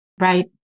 Right